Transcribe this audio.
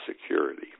Security